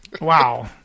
Wow